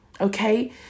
Okay